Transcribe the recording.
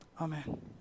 amen